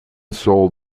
sold